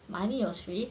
money was free